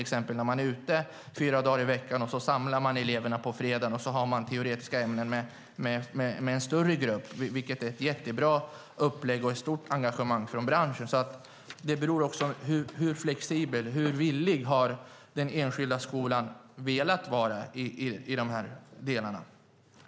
Där är man ute fyra dagar i veckan. På fredagar samlar man eleverna och har teoretiska ämnen med en större grupp. Det är ett mycket bra upplägg, med ett stort engagemang från branschen. Det beror alltså även på hur flexibel och villig den enskilda skolan velat vara i de här delarna.